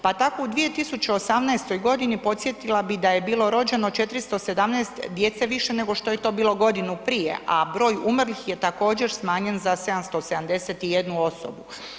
Pa tako u 2018.g. podsjetila bi da je bilo rođeno 417 djece više nego što je to bilo godinu prije, a broj umrlih je također smanjen za 771 osobu.